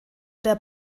der